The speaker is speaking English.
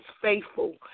faithful